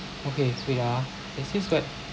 okay wait ah it seems like